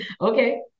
okay